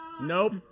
Nope